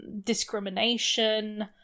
discrimination